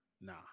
Nah